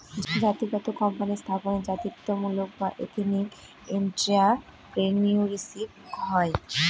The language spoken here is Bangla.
জাতিগত কোম্পানি স্থাপনে জাতিত্বমূলক বা এথেনিক এন্ট্রাপ্রেনিউরশিপ হয়